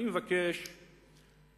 מי הפרקליטה הזאת?